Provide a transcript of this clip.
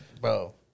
Bro